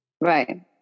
Right